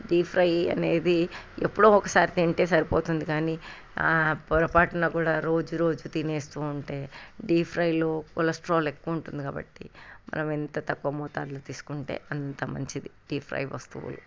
deep fry అనేది ఎప్పుడో ఒకసారి తింటే సరిపోతుంది కానీ పొరపాటున కూడా రోజురోజు తినేస్తూ ఉంటే డీప్ ఫ్రైలో కొలెస్ట్రాల్ ఎక్కువ ఉంటుంది కాబట్టి మనం ఎంత తక్కువ మోతాదులో తీసుకుంటే అంత మంచిది డీప్ ఫ్రై వస్తువులు